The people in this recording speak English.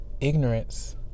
ignorance